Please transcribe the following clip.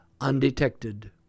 undetected